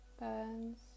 burns